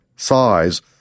size